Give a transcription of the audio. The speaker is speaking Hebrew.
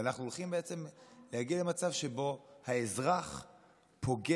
ואנחנו הולכים להגיע למצב שבו האזרח פוגש